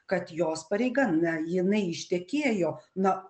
kad jos pareiga na jinai ištekėjo na